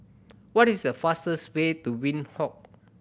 what is the fastest way to Windhoek